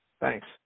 Thanks